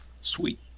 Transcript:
sweet